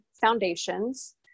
foundations